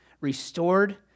restored